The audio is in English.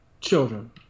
children